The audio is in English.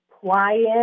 quiet